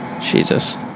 Jesus